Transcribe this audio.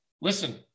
listen